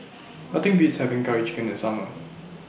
Nothing Beats having Curry Chicken in The Summer